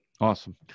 Awesome